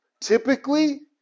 typically